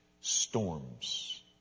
storms